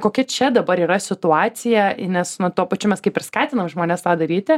kokia čia dabar yra situacija nes nu tuo pačiu mes kaip ir skatinam žmones tą daryti